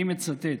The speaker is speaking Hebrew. ואני מצטט: